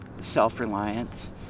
self-reliance